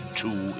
two